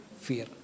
fear